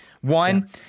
One